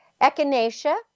echinacea